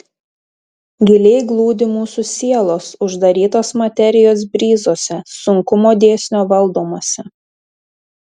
giliai glūdi mūsų sielos uždarytos materijos bryzuose sunkumo dėsnio valdomuose